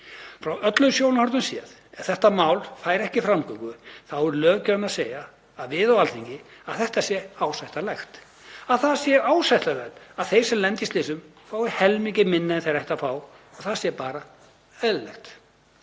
Frá öllum sjónarhornum séð, ef þetta mál fær ekki framgöngu þá er löggjafinn að segja, við á Alþingi, að þetta sé ásættanlegt, að það sé ásættanlegt að þeir sem lenda í slysum fái helmingi minna en þeir ættu að fá og það sé bara eðlilegt.